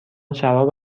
شراب